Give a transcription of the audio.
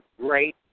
great